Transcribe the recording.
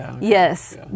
yes